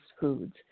foods